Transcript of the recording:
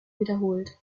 wiederholt